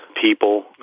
people